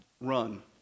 run